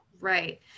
Right